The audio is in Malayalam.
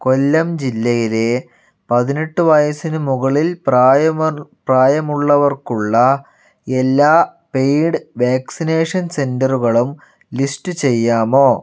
കൊല്ലം ജില്ലയിലെ പതിനെട്ട് വയസ്സിന് മുകളിൽ പ്രായവർ പ്രായമുള്ളവർക്കുള്ള എല്ലാ പെയ്ഡ് വാക്സിനേഷൻ സെൻ്ററുകളും ലിസ്റ്റ് ചെയ്യാമോ